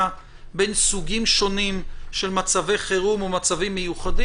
בין סוגים שונים של מצבי חירום או מצבים מיוחדים.